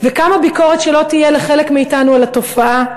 וכמה ביקורת שלא תהיה לחלק מאתנו על התופעה,